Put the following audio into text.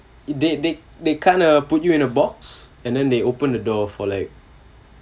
they they they kinda put you in a box and then they open the door for like